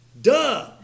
Duh